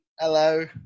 Hello